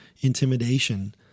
intimidation